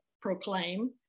proclaim